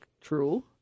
true